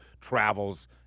travels